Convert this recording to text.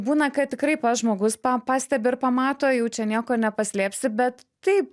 būna kad tikrai pats žmogus pa pastebi ir pamato jau čia nieko nepaslėpsi bet taip